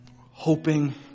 hoping